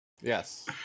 Yes